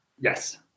Yes